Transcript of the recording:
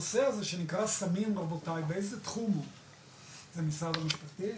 נו לא- כי לפעמים יש נטייה לעשות משהו לא מודע ואז נזכרים